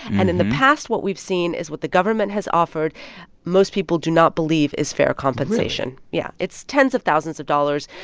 and in the past, what we've seen is what the government has offered most people do not believe is fair compensation really? yeah, it's tens of thousands of dollars.